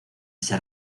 ese